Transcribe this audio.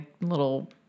little